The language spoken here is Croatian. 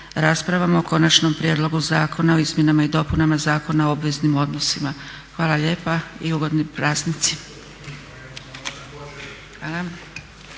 raspravom o konačnom prijedlogu Zakona o izmjenama i dopunama Zakona o obveznim odnosima. Hvala lijepa. I ugodni praznici.